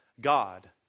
God